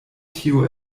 tio